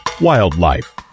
Wildlife